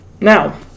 Now